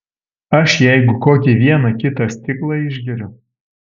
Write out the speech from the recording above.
aš jeigu kokį vieną kitą stiklą išgeriu